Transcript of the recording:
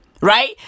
Right